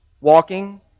walking